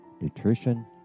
nutrition